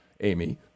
Amy